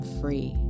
free